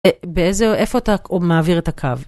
איפה הוא מעביר את הקו?